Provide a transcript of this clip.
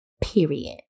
Period